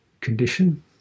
condition